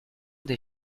des